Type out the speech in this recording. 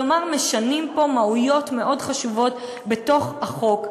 כלומר, משנים פה מהויות חשובות מאוד בתוך החוק.